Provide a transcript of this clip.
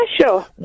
sure